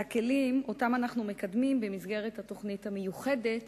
מספר לכלים שאותם אנחנו מקדמים במסגרת התוכנית המיוחדת